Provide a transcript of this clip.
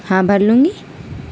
ہاں بھر لوں گی